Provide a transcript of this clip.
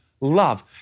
love